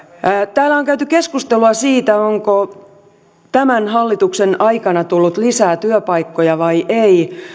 täällä on käyty keskustelua siitä onko tämän hallituksen aikana tullut lisää työpaikkoja vai ei